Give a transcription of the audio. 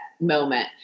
moment